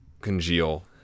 congeal